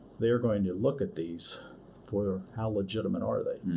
they are going to look at these for how legitimate are they.